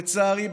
לצערי,